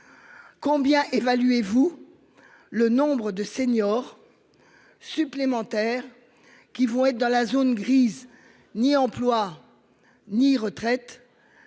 Combien évaluez-vous. Le nombre de seniors. Supplémentaires qui vont être dans la zone grise ni emploi. Ni retraite.